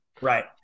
right